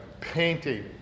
painting